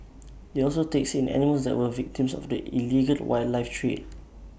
IT also takes in animals that were victims of the illegal wildlife trade